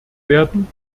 werden